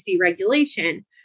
regulation